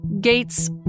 Gates